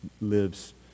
lives